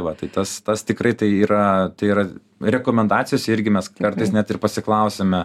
va tai tas tas tikrai tai yra tai yra rekomendacijos irgi mes kartais net ir pasiklausiame